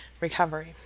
recovery